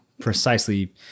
precisely